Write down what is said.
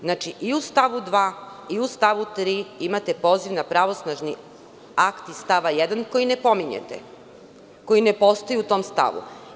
Znači i u stavu 2. i u stavu 3. imate poziv na pravosnažni akt iz stava 1. koji ne pominjete, koji ne postoji u tom stavu.